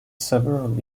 several